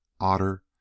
Otter